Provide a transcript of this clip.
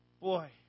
Boy